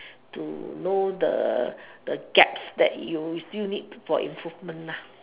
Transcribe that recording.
to know the the gaps that you still need for improvement lah